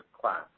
class